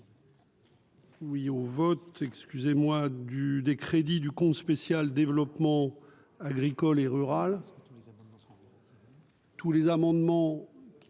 Oui au vote, excusez-moi du des crédits du compte spécial développement agricole et rural.